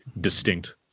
distinct